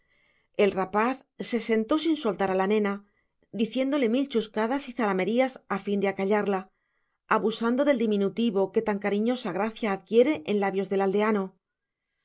el rapaz se sentó sin soltar a la nena diciéndole mil chuscadas y zalamerías a fin de acallarla abusando del diminutivo que tan cariñosa gracia adquiere en labios del aldeano